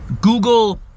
Google